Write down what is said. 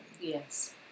yes